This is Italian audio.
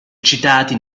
citati